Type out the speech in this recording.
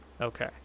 okay